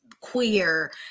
queer